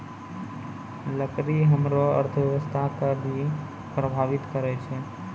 लकड़ी हमरो अर्थव्यवस्था कें भी प्रभावित करै छै